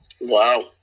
Wow